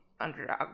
underdog